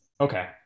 Okay